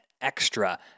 extra